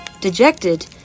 Dejected